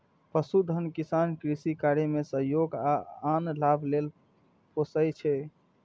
पशुधन किसान कृषि कार्य मे सहयोग आ आन लाभ लेल पोसय छै